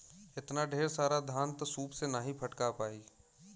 एतना ढेर सारा धान त सूप से नाहीं फटका पाई